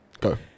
Go